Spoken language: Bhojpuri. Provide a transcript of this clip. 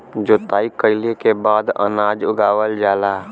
जोताई कइले के बाद अनाज उगावल जाला